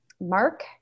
Mark